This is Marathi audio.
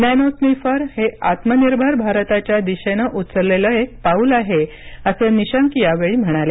नॅनोस्निफर हे आत्मनिर्भर भारताच्या दिशेनं उचललेलं एक पाऊल आहे असं निशंक यावेळी म्हणाले